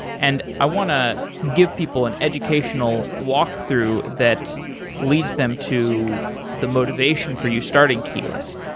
and i want to give people an educational walk through that leaves them to the motivation for you starting keyless.